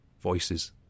Voices